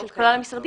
של כלל המשרדים,